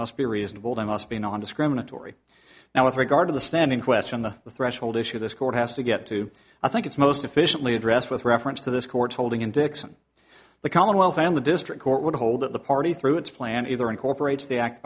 must be reasonable they must be nondiscriminatory now with regard to the standing question the threshold issue this court has to get to i think it's most efficiently addressed with reference to this court's holding in dixon the commonwealth and the district court would hold that the party through its plan either incorporates the act